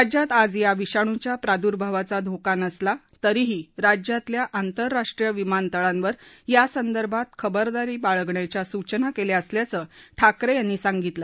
राज्यात आज या विषाणूच्या प्रादुर्भावाचा धोका नसला तरीही राज्यातल्या आंतरराष्ट्रीय विमानतळावर यासंदर्भात खबरदारी बाळगण्याच्या सूचना केल्या असल्याचं ठाकरे यांनी सांगितलं